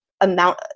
amount